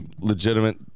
legitimate